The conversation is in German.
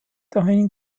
dahin